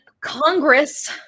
Congress